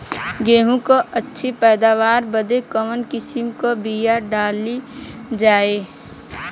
गेहूँ क अच्छी पैदावार बदे कवन किसीम क बिया डाली जाये?